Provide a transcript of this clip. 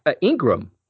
Ingram